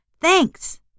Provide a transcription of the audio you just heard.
thanks